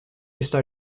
está